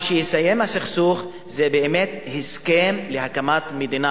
מה שיסיים את הסכסוך זה באמת הסכם להקמת מדינה